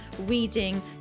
reading